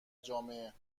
جامعه